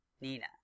Nina